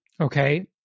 okay